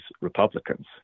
Republicans